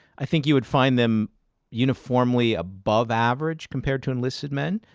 i think you would find them uniformly above average compared to enlisted men,